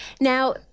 Now